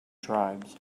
tribes